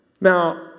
Now